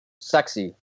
sexy